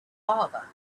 father